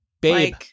Babe